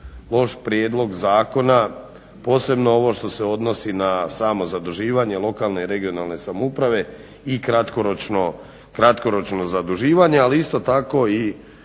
loš prijedlog zakona posebno ovo što se odnosi na samo zaduživanje lokalne i regionalne samouprave i kratkoročno zaduživanje. Ali isto tako